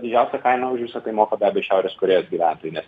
didžiausią kainą už visa tai moka be abejo šiaurės korėjos gyventojai nes